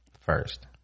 first